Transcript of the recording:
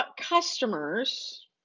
customers